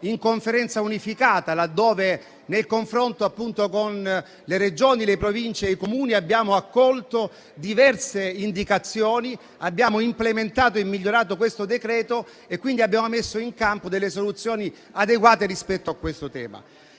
in Conferenza unificata, poiché nel confronto con le Regioni, le Province e i Comuni abbiamo accolto diverse indicazioni, abbiamo implementato e migliorato il provvedimento e quindi abbiamo messo in campo delle soluzioni adeguate rispetto al tema